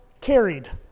carried